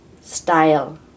Style